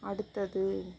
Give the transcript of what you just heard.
அடுத்தது